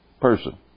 person